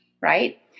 right